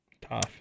Tough